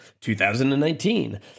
2019